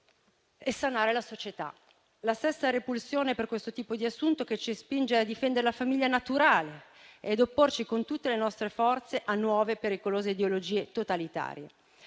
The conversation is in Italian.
di sanare la società. La stessa repulsione per questo tipo di assunto ci spinge a difendere la famiglia naturale e ad opporci con tutte le nostre forze a nuove e pericolose ideologie totalitarie.